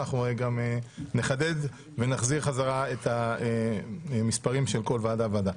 אנחנו גם נחדד ונחזיר חזרה את המספרים של כל ועדה וועדה.